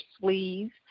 sleeves